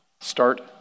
start